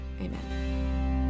amen